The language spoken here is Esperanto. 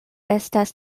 estas